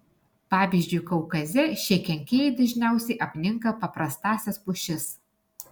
pavyzdžiui kaukaze šie kenkėjai dažniausiai apninka paprastąsias pušis